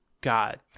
God